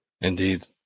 indeed